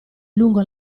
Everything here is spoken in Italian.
lungo